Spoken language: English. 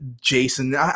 Jason